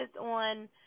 on